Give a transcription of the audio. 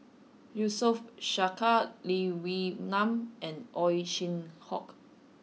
Yusof Ishak Lee Wee Nam and Ow Chin Hock